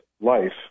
life